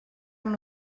amb